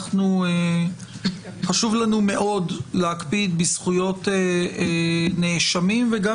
חשוב לנו מאוד להקפיד בזכויות נאשמים וגם